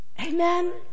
Amen